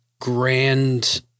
grand